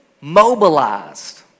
mobilized